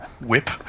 whip